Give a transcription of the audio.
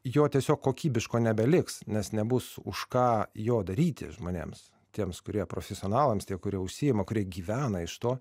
jo tiesiog kokybiško nebeliks nes nebus už ką jo daryti žmonėms tiems kurie profesionalams tie kurie užsiima kurie gyvena iš to